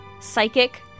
psychic